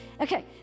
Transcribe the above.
Okay